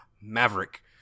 Maverick